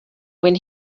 when